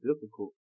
difficult